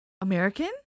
American